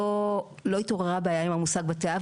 לא התעוררה בעיה עם המושג בתי אב.